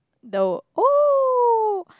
the oh